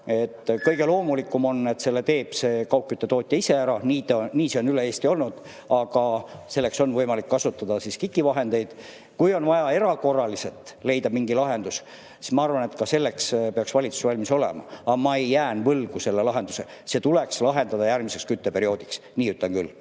Kõige loomulikum on, et selle teeb see kaugküttetootja ise ära, nii see on üle Eesti olnud, aga selleks on võimalik kasutada KIK‑i vahendeid. Kui on vaja erakorraliselt leida mingi lahendus, siis ma arvan, et ka selleks peaks valitsus valmis olema, aga ma jään selle lahenduse võlgu. See tuleks lahendada järgmiseks kütteperioodiks. Nii ütlen küll.